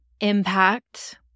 impact